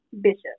Bishop